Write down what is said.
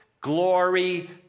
glory